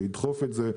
שידחוף את זה,